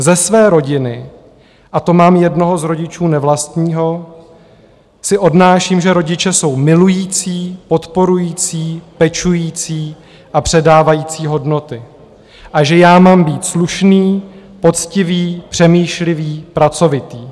Ze své rodiny, a to mám jednoho z rodičů nevlastního, si odnáším, že rodiče jsou milující, podporující, pečující a předávající hodnoty a že já mám být slušný, poctivý, přemýšlivý, pracovitý.